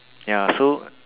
ya so